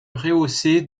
rehaussée